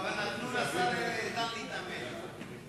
אבל שר החוץ ראוי לענות על הנושא הזה יותר מאשר השר המקשר.